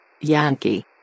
Yankee